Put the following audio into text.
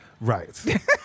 right